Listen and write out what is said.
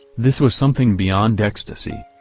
this was something beyond ecstasy.